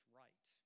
right